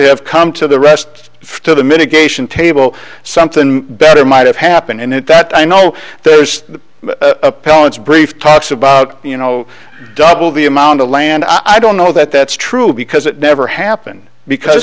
have come to the rest to the mitigation table something better might have happened in it that i know those appellant's brief talks about you know double the amount of land i don't know that that's true because it never happened because